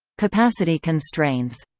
capacity constraints